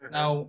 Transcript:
Now